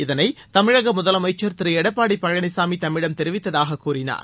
இதனை தமிழக முதலமைச்சர் திரு எடப்பாடி பழனிசாமி தம்மிடம் தெரிவித்ததாக கூறினார்